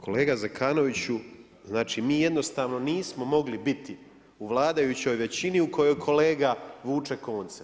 Kolega Zekanoviću, znači mi jednostavno nismo mogli biti u vladajućoj većini u kojoj kolega vuče konce.